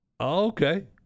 okay